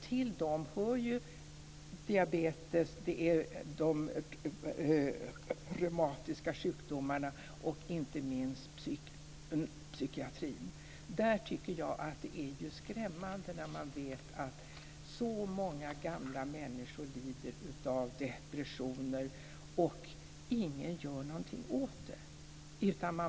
Till dem hör diabetes, de reumatiska sjukdomarna och inte minst de psykiatriska sjukdomarna. Jag tycker att det är skrämmande att så många gamla människor lider av depressioner men att ingen gör någonting åt dem.